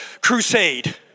crusade